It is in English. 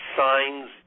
signs